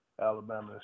Alabama